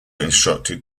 instructed